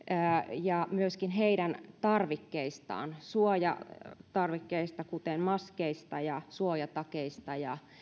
ja myöskin heidän tarvikkeistaan suojatarvikkeista kuten maskeista ja suojatakeista ja